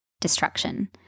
destruction